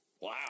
Wow